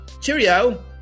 Cheerio